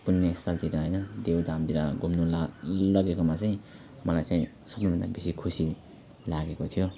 त्यो नेक्स्ट सालतिर हैन देवधामतिर घुम्नु लग्यो भने चाहिँ मलाई चाहिँ सबैभन्दा बेसी खुसी लागेको थियो